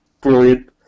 brilliant